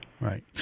Right